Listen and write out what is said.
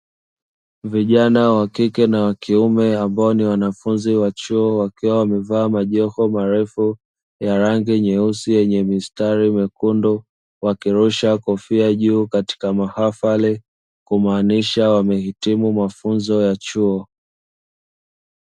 Vijana wa kike na wa kiume, ambao ni wanafunzi wa chuo, wakiwa wamevaa majoho marefu ya rangi nyeusi yenye mistari mekundu, wakirusha kofia juu katika mahafali, kumaanisha wamehitimu mafunzo ya chuo.